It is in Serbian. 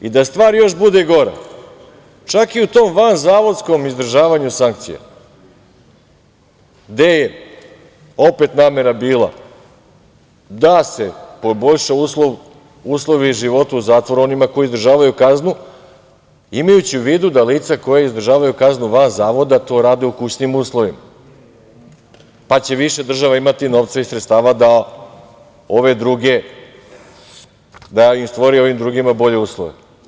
Da stvar još bude gora, čak i u tom vanzavodskom izdržavanju sankcija, gde je opet namera bila da se poboljšaju uslovi života u zatvoru onima koji održavaju kaznu, imajući u vidu da lica koja izdržavaju kaznu van zavoda to rade u kućnim uslovima, pa će više država imati novca i sredstava da stvori i ovima drugima bolje uslove.